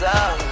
up